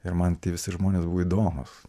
ir man tie visi žmonės buvo įdomūs